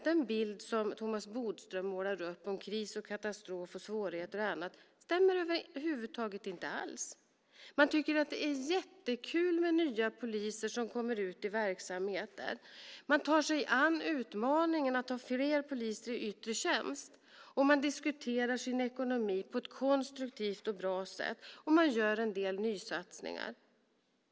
Den bild som Thomas Bodström målar upp om kris och katastrof, svårigheter och annat stämmer över huvud taget inte. Man tycker att det är jättekul med nya poliser som kommer ut i verksamheter, och man tar sig an utmaningen att ha fler poliser i yttre tjänst. Man diskuterar sin ekonomi på ett konstruktivt och bra sätt, och man gör en del nysatsningar.